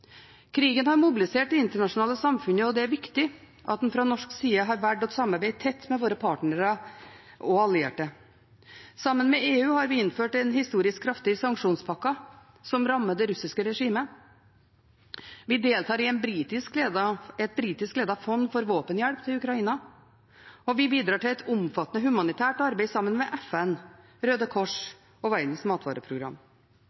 Krigen har mobilisert det internasjonale samfunnet, og det er viktig at en fra norsk side har valgt å samarbeide tett med sine partnere og allierte. Sammen med EU har vi innført en historisk kraftig sanksjonspakke som rammer det russiske regimet. Vi deltar i et britisk ledet fond for våpenhjelp til Ukraina. Vi bidrar også til et omfattende humanitært arbeid sammen med FN, Røde